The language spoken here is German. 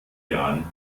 jahren